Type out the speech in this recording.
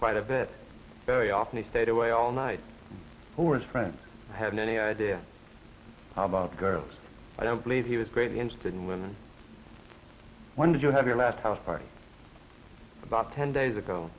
quite a bit very often he stayed away all night for his friends hadn't any idea about girls i don't believe he was greatly interested in women one did you have your last house party about ten days ago